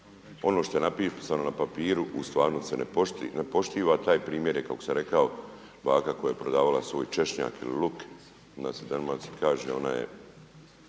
ono što je napisano na papiru u stvarnosti se ne poštiva, taj primjer kao što sam rekao baka koja je prodavala svoj češnjak ili luk. Kod nas se u Dalmaciji kaže ona je